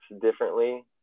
differently